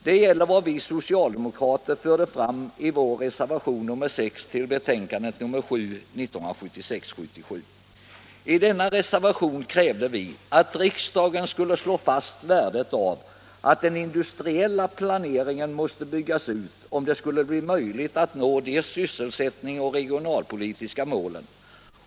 Det gäller vad vi socialdemokrater förde fram i vår reservation nr 6 till arbetsmarknadsutskottets betänkande 1976/77:7. I denna reservation krävde vi att riksdagen skulle slå fast att den industriella planeringen måste byggas ut om det skulle bli möjligt att nå de sysselsättnings och regionalpolitiska målen.